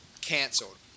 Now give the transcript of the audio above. Canceled